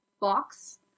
box